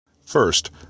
First